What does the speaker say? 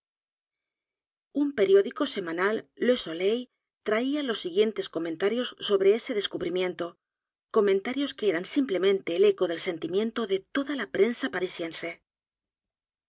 un periódico semanal le soleü traía los siguientes comentarios sobre ese descubrimiento comentarios que eran simplemente el eco del sentimiento de toda la prensa parisiense